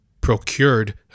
procured